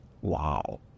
Wow